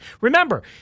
Remember